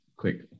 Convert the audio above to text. quick